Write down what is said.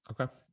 Okay